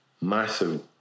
massive